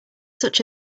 such